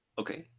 Okay